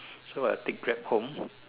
so I take Grab home